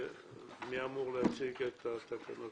לפני שנעבור להליך של אישור הצווים והתקנות